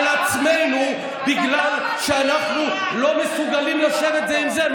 עצמנו בגלל שאנחנו לא מסוגלים לשבת זה עם זה.